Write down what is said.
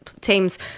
teams